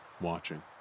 watching